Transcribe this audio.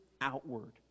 outward